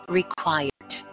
required